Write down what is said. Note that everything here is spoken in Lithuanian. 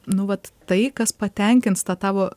nu vat tai kas patenkins tą tavo